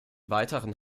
weiteren